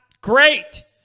great